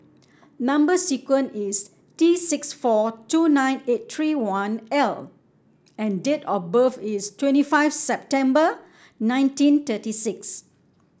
number sequence is T six four two nine eight three one L and date of birth is twenty five September nineteen thirty six